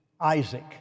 Isaac